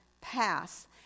pass